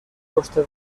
costa